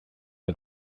and